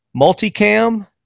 Multicam